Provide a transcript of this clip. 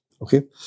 Okay